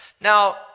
Now